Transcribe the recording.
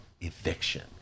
eviction